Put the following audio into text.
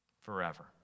forever